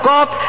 God